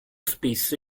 spesso